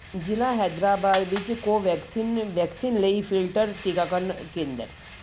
ਜ਼ਿਲ੍ਹਾ ਹੈਦਰਾਬਾਦ ਵਿੱਚ ਕੋਵੈਕਸਿਨ ਵੈਕਸੀਨ ਲਈ ਫਿਲਟਰ ਟੀਕਾਕਰਨ ਕੇਂਦਰ